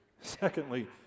Secondly